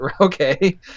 okay